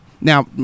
Now